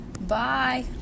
Bye